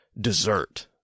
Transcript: dessert